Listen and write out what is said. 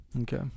Okay